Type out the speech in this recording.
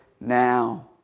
now